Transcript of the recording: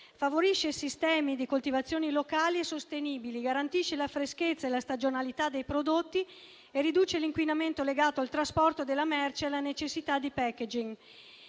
favorisce sistemi di coltivazioni locali e sostenibili, garantisce la freschezza e la stagionalità dei prodotti e riduce l'inquinamento legato al trasporto della merce e alla necessità di *packaging*.